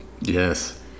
Yes